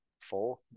four